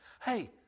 Hey